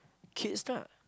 kids lah